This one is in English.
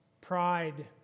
pride